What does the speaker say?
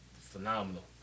phenomenal